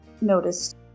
noticed